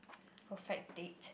perfect date